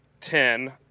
ten